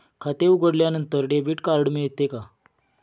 खाते उघडल्यानंतर debit card मिळते का?